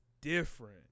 different